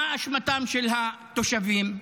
מה אשמתם של התושבים?